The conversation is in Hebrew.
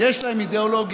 יש להם אידיאולוגיה,